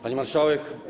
Pani Marszałek!